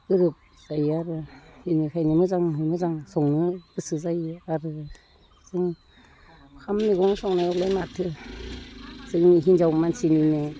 roof जायो आरो बिनिखायनो मोजां मोजां संनो गोसो जायो आरो जों ओंखाम मैगं संनायावलाय माथो जोंनि हिनजाव मानसिनिनो